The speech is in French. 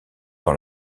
dans